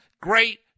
great